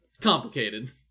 complicated